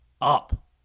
up